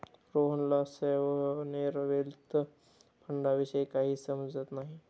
रोहनला sovereign wealth फंडाविषयी काहीच समजत नाही